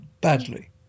Badly